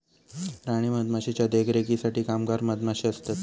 राणी मधमाशीच्या देखरेखीसाठी कामगार मधमाशे असतत